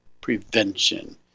prevention